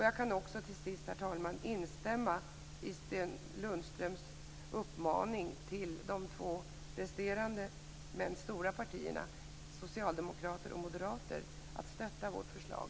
Jag kan också till sist, herr talman, instämma i Sten Lundströms uppmaning till de två resterande, stora partierna, Socialdemokraterna och Moderaterna, att stötta vårt förslag.